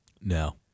No